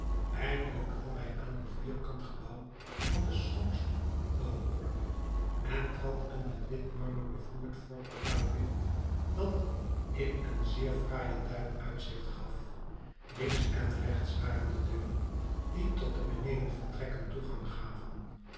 eindelijk kwam hij aan een vierkant gebouw van de schoonste bouworde en trad een met wit marmer bevloerd voorportaal binnen dat in een zeer fraaijen tuin uitzigt gaf links en regts waren de deuren die tot de benedenvertrekken toegang gaven